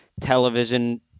television